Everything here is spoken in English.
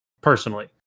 Personally